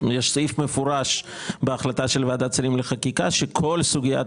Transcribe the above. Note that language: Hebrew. יש סעיף מפורש בהחלטה של ועדת השרים לחקיקה שכל סוגיית